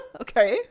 Okay